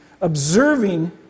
observing